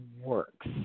works